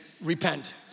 repent